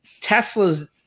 tesla's